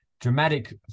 Dramatic